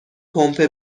پمپ